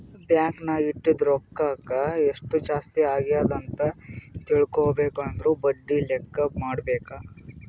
bank ನಾಗ್ ಇಟ್ಟಿದು ರೊಕ್ಕಾಕ ಎಸ್ಟ್ ಜಾಸ್ತಿ ಅಗ್ಯಾದ್ ಅಂತ್ ತಿಳ್ಕೊಬೇಕು ಅಂದುರ್ ಬಡ್ಡಿ ಲೆಕ್ಕಾ ಮಾಡ್ಬೇಕ